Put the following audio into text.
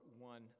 one